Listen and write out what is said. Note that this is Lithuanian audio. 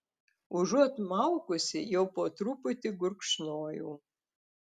užuot maukusi jau po truputį gurkšnojau